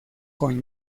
con